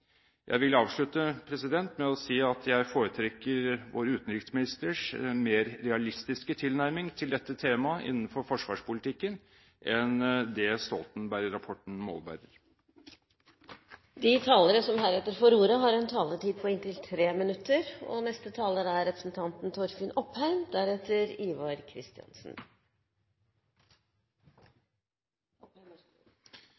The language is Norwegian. Jeg vil avslutte med å si at jeg foretrekker vår utenriksministers mer realistiske tilnærming til dette temaet innenfor forsvarspolitikken enn det Stoltenberg-rapporten målbærer. De talere som heretter får ordet, har en taletid på inntil 3 minutter. Bakgrunnen for min deltakelse i denne debatten er